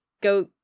go